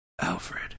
Alfred